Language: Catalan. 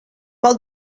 vol